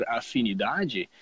afinidade